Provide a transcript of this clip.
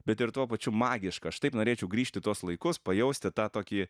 bet ir tuo pačiu magiška aš taip norėčiau grįžt į tuos laikus pajausti tą tokį